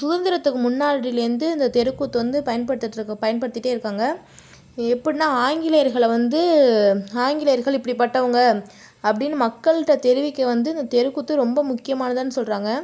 சுதந்திரத்துக்கு முன்னாடிலேருந்து இந்த தெருக்கூத்து வந்து பயன்படுத்திட்டு பயன்படுத்திட்டே இருக்காங்க எப்படினால் ஆங்கிலேயர்களை வந்து ஆங்கிலேயர்கள் இப்படிப்பட்டவங்க அப்படினு மக்கள்ட்ட தெரிவிக்க வந்து இந்த தெருக்கூத்து ரொம்ப முக்கியமானதுனு சொல்கிறாங்க